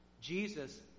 Jesus